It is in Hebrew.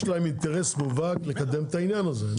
יש להם אינטרס מובהק לקדם את העניין הזה.